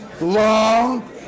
long